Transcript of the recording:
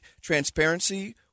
transparency